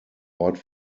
ort